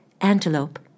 Antelope